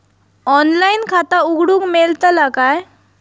Online खाता उघडूक मेलतला काय?